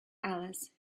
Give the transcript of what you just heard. alice